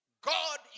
God